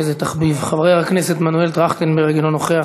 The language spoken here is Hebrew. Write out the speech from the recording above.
איזה תחביב, חבר הכנסת מנואל טרכטנברג, אינו נוכח.